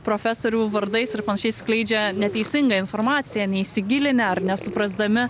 profesorių vardais ir panašiai skleidžia neteisingą informaciją neįsigilinę ar nesuprasdami